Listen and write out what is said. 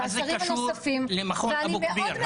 והשרים הנוספים -- מה זה קשור למכון אבו כביר,